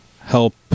help